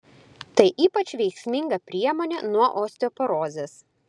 tai ypač veiksminga priemonė nuo osteoporozės